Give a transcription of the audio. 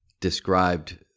described